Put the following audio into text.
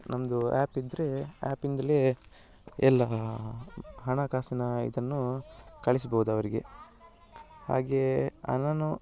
ನಮ್ಮದು ಆ್ಯಪ್ ಇದ್ದರೆ ಆ್ಯಪಿಂದಲೇ ಎಲ್ಲ ಹಣಕಾಸಿನ ಇದನ್ನು ಕಳಿಸ್ಬೋದು ಅವರಿಗೆ ಹಾಗೇ ಅನಾನು